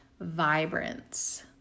vibrance